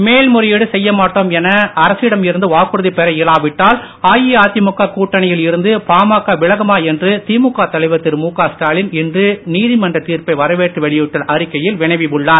மேல்முறையீடு செய்ய மாட்டோம் என அரசியடம் இருந்து வாக்குறுதி பெற இயலாவிட்டால் அஇஅதிமுக கூட்டணியில் இருந்து பாமக விலகுமா என்று திமுக தலைவர் திரு முக ஸ்டாலின் இன்று நீதிமன்ற தீர்ப்பை வரவேற்று வெளியிட்டுள்ள அறிக்கையில் வினவி உள்ளார்